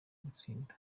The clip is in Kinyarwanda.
gutsinda